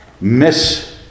miss